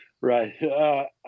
Right